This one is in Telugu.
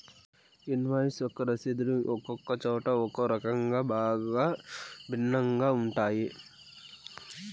ఇన్వాయిస్ యొక్క రసీదులు ఒక్కొక్క చోట ఒక్కో రకంగా చాలా భిన్నంగా ఉంటాయి